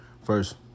First